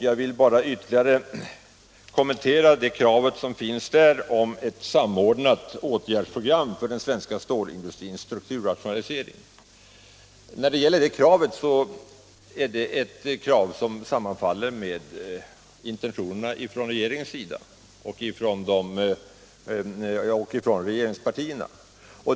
Jag vill bara ytterligare kommentera dess krav på ett samordnat åtgärdsprogram för den svenska stålindustrins strukturrationalisering. Detta sammanfaller också med regeringens och regeringspartiernas krav.